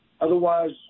Otherwise